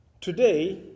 today